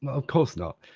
of course not.